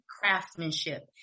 craftsmanship